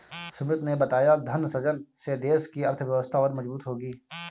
सुमित ने बताया धन सृजन से देश की अर्थव्यवस्था और मजबूत होगी